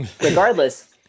regardless